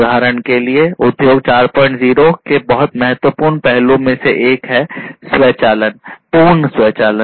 उदाहरण के लिए उद्योग 40 के बहुत महत्वपूर्ण पहलुओं में से एक है स्वचालन पूर्णस्वचालन